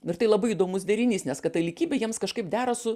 ir tai labai įdomus derinys nes katalikybė jiems kažkaip dera su